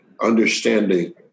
understanding